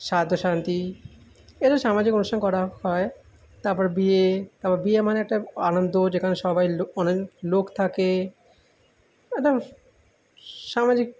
শ্রাদ্ধ শান্তি এরো সামাজিক অনুষ্ঠান করা হয় তারপরে বিয়ে তারপর বিয়ে মানে একটা আনন্দ যেখানে সবাই লো অনেক লোক থাকে একদম সামাজিক